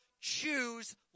choose